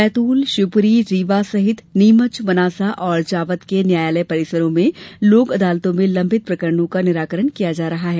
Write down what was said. बैतूल षिवपुरी रीवा सहित नीमच मनासा और जावद के न्यायालय परिसरों में लोक अदालतों में लंबित प्रकरणों का निराकरण किया जा रहा है